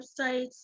websites